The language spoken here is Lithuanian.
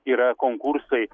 yra konkursai